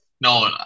no